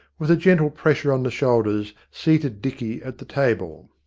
with a gentle pressure on the shoulders, seated dicky at the table.